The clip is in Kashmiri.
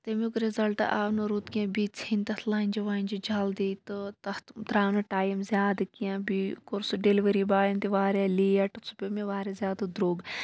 تَمِیُک رِزَلٹ آو نہٕ رُت کیٚنٛہہ بیٚیہِ ژھیٚنۍ تَتھ لَنجہِ وَنجہِ جلدی تہٕ تَتھ دراو نہٕ ٹایِم زیادٕ کیٚنٛہہ بیٚیہِ کوٛر سُہ ڈیلِؤری بایَن تہِ واریاہ لیٹ سُہ پیٚو مےٚ واریاہ زیادٕ درٛوگ